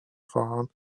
fan